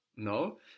No